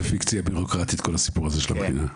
זאת פיקציה בירוקרטית כל הסיפור הזה של המכינה.